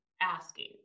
asking